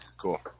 Cool